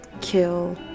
kill